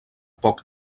poc